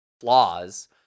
flaws